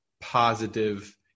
positive